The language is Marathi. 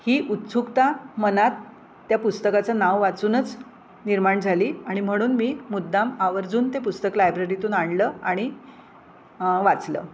ही उत्सुकता मनात त्या पुस्तकाचं नाव वाचूनच निर्माण झाली आणि म्हणून मी मुद्दाम आवर्जून ते पुस्तक लायब्ररीतून आणलं आणि वाचलं